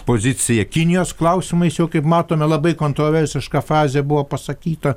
pozicija kinijos klausimais jau kaip matome labai kontroversiška fazė buvo pasakyta